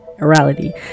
morality